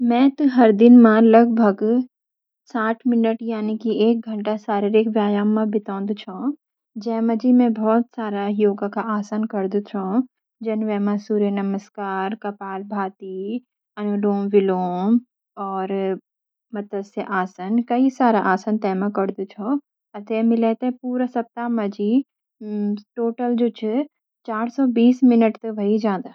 मैं त हर दिन म लगभग साठ मिनट यानि कि एक घंटा शारीरिक व्यायाम म बितौदु छ । जे मां जी मैं बहुत सारा योगा का आसान करदू छ। वे म सूर्य नमस्कार, कपालभाति, अनुलोम विलोम और मत्स्य आसन कई सारा आसन ते म करदू छ। ते मिले त पूरा सप्ताह मंजी टोटल चार सौ बीस मिनट त व्हाई जां दा।